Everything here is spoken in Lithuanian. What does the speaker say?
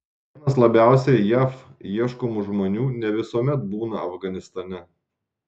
vienas labiausiai jav ieškomų žmonių ne visuomet būna afganistane